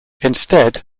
instead